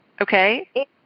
Okay